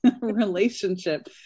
relationship